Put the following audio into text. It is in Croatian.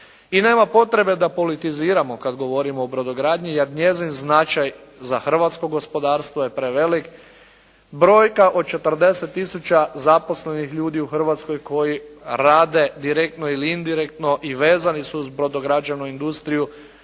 I nema potrebe da politiziramo kada govorimo o brodogradnji jer njezin značaj za hrvatsko gospodarsko je prevelik. Brojka od 40 tisuća zaposlenih ljudi u Hrvatskoj koji rade direktno ili indirektno i vezani su uz brodograđevnu industriju